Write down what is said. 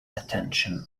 attention